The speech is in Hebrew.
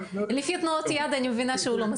לפי תנועות היד אני מבינה שהוא לא מסכים.